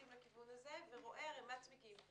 ורואה ערימת צמיגים,